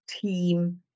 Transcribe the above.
team